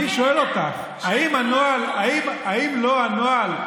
אני שואל אותך: האם לא הנוהל,